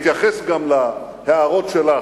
אני אתייחס גם להערות שלך,